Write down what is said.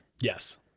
Yes